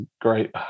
great